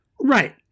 Right